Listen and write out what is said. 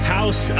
House